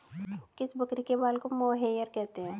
किस बकरी के बाल को मोहेयर कहते हैं?